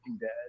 Dead